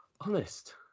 honest